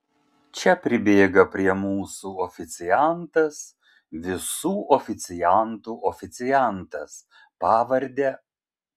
čia pribėga prie mūsų oficiantas visų oficiantų oficiantas pavarde